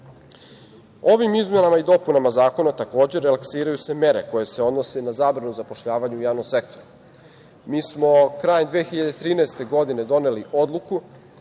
izmenama i dopunama zakona relaksiraju se mere koje se odnose na zabranu zapošljavanja u javnom sektoru. Mi smo krajem 2013. godine doneli odluku